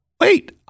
wait